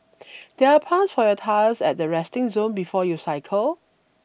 there are pumps for your tyres at the resting zone before you cycle